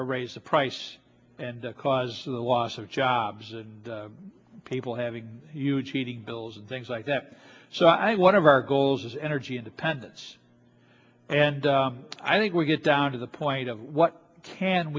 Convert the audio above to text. or raise the price and the cause of the water jobs and people having huge heating bills and things like that so i one of our goals is energy independence and i think we get down to the point of what can